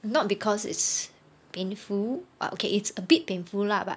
not because it's painful but okay it's a bit painful lah but